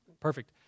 Perfect